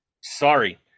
Sorry